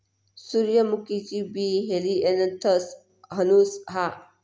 सूर्यमुखीचा बी हेलियनथस एनुस हा